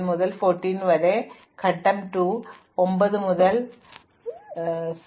അതിനാൽ ഒരു ഫോർവേഡ് എഡ്ജിനായി ഞങ്ങൾ ആന്തരികത്തെക്കുറിച്ച് ചുവടെയുള്ള ഇടവേളയേക്കാൾ വലുതായിരിക്കും